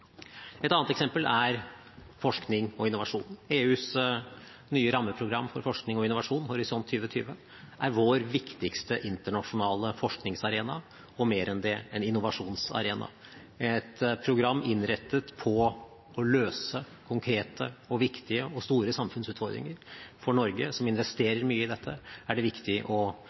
Et annet eksempel er forskning og innovasjon. EUs nye rammeprogram for forskning og innovasjon, Horisont 2020, er vår viktigste internasjonale forskningsarena og mer enn det: en innovasjonsarena. Det er et program innrettet på å løse konkrete, viktige og store samfunnsutfordringer. For Norge, som investerer mye i dette, er det også viktig å